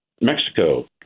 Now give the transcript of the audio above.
Mexico